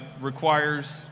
requires